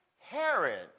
Herod